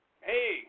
hey